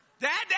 Dad